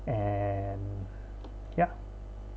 and ya